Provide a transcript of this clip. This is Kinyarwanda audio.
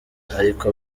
ariko